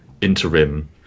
interim